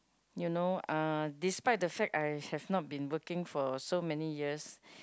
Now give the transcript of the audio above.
you know uh despite the fact I have not been working for so many years